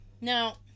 Now